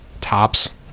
tops